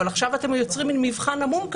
אבל עכשיו אתם יוצרים מין מבחן עמום.